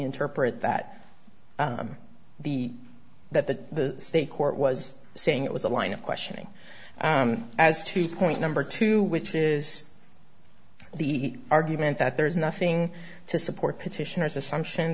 interpret that the that the court was saying it was a line of questioning as to point number two which is the argument that there is nothing to support petitioners assumption